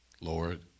Lord